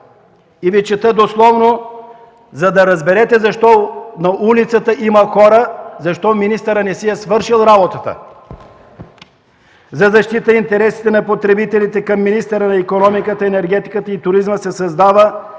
7а. Чета Ви дословно, за да разберете защо на улицата има хора, защо министърът не си е свършил работата. „(1) За защита интересите на потребителите към министъра на икономиката, енергетиката и туризма се създава